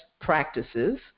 practices